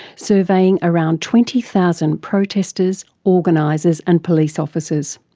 surveying around twenty thousand protestors, organisers and police officers.